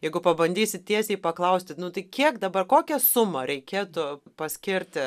jeigu pabandysit tiesiai paklausti nu tai kiek dabar kokią sumą reikėtų paskirti